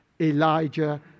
Elijah